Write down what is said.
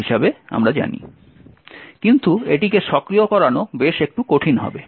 কিন্তু এটিকে সক্রিয় করানো বেশ একটু কঠিন হবে